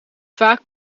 vaak